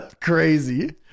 crazy